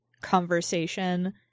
conversation